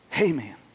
Amen